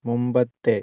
മുമ്പത്തെ